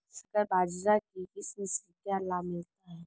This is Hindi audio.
संकर बाजरा की किस्म से क्या लाभ मिलता है?